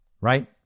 right